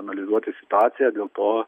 analizuoti situaciją dėl to